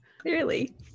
Clearly